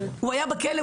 הוא היה בכלא,